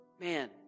Man